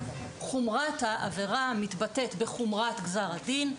- חומרת העבירה מתבטאת בחומרת גזר הדין,